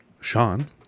Sean